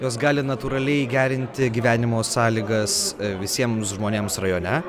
jos gali natūraliai gerinti gyvenimo sąlygas visiems žmonėms rajone